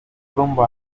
rumbo